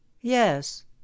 yes